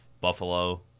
Buffalo